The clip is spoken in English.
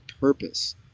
purpose